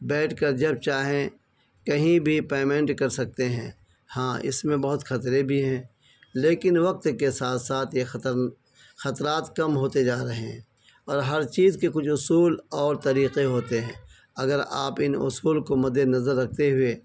بیٹھ کر جب چاہیں کہیں بھی پیمنٹ کر سکتے ہیں ہاں اس میں بہت خطرے بھی ہیں لیکن وقت کے ساتھ ساتھ یہ خطرات کم ہوتے جا رہے ہیں اور ہر چیز کے کچھ اصول اور طریقے ہوتے ہیں اگر آپ ان اصول کو مد نظر رکھتے ہوئے